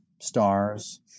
stars